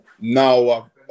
Now